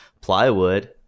plywood